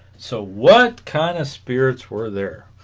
so what kind of spirits were there